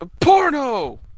Porno